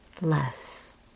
less